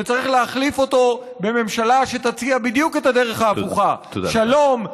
וצריך להחליף אותו בממשלה שתציע בדיוק את הדרך ההפוכה: שלום,